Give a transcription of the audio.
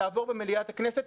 תעבור במליאת הכנסת,